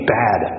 bad